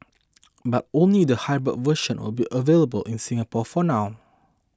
but only the hybrid version will be available in Singapore for now